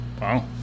Wow